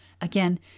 Again